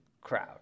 crowd